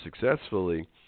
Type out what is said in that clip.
successfully